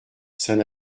saint